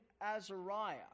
Azariah